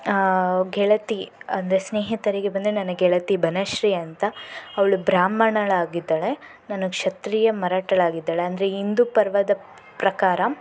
ಗೆಳತಿ ಅಂದರೆ ಸ್ನೇಹಿತರಿಗೆ ಬಂದರೆ ನನ್ನ ಗೆಳತಿ ಬನಶ್ರೀ ಅಂತ ಅವಳು ಬ್ರಾಹ್ಮಣಳಾಗಿದ್ದಾಳೆ ನಾನು ಕ್ಷತ್ರೀಯ ಮರಾಠಳಾಗಿದ್ದಾಳೆ ಅಂದರೆ ಹಿಂದೂ ಪರ್ವದ ಪ್ರಕಾರ